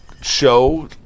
show